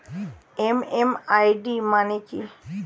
MMID মানে কি?